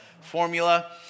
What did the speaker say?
formula